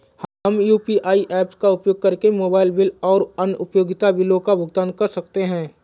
हम UPI apps का उपयोग करके मोबाइल बिल और अन्य उपयोगिता बिलों का भुगतान कर सकते हैं